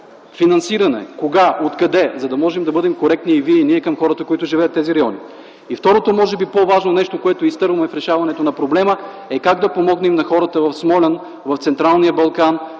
Финансиране – кога, откъде, за да можем да бъдем коректни и вие, и ние към хората, които живеят в тези райони. И второто, може би по-важно нещо, което изпускаме при решаването на проблема, е как да помогнем на хората в Смолян, в Централния Балкан,